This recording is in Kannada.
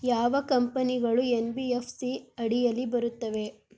ಯಾವ ಕಂಪನಿಗಳು ಎನ್.ಬಿ.ಎಫ್.ಸಿ ಅಡಿಯಲ್ಲಿ ಬರುತ್ತವೆ?